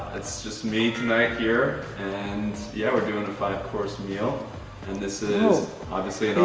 it's just me tonight here and yeah, we're doing a five course meal and this is obviously